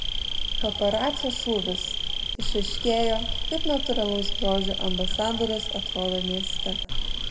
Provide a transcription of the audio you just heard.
paparacio šūvis išaiškėjo kaip natūralaus grožio ambasadorės atrodo mieste